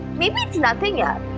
maybe it's nothing. yeah